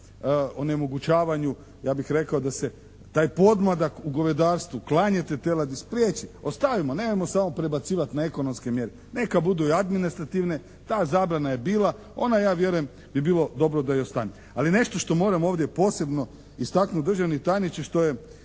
o onemogućavanju, ja bih rekao da se taj podmladak u govedarstvu, klanje te teladi spriječi. Ostavimo, nemojmo samo prebacivati na ekonomske mjere. Neka budu i administrativne. Ta zabrana je bila. Ona ja vjerujem bi bilo dobro da i ostane. Ali nešto što moramo ovdje posebno istaknuti državni tajniče što je